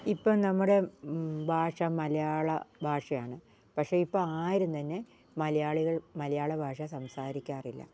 ഇപ്പം നമ്മുടെ ഭാഷ മലയാള ഭാഷയാണ് പക്ഷേ ഇപ്പം ആരും തന്നെ മലയാളികൾ മലയാള ഭാഷ സംസാരിക്കാറില്ല